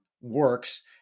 works